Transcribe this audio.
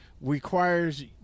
requires